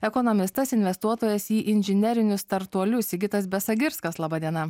ekonomistas investuotojas į inžinerinius startuolius sigitas besagirskas laba diena